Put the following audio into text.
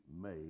made